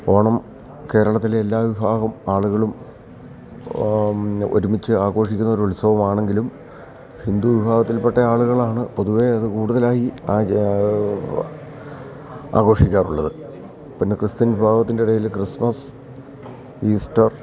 ഓണം കേരളത്തിലെ എല്ലാ വിഭാഗം ആളുകളും ഒരുമിച്ച് ആഘോഷിക്കുന്ന ഒരു ഉത്സവമാണെങ്കിലും ഹിന്ദു വിഭാഗത്തിൽപെട്ട ആളുകളാണ് പൊതുവേ അത് കൂടുതലായി ആഘോഷിക്കാറുള്ളത് പിന്നെ ക്രിസ്ത്യൻ വിഭാഗത്തിൻ്റെയിടയിൽ ക്രിസ്മസ് ഈസ്റ്റർ